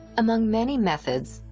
among many methods,